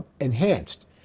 enhanced